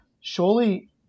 Surely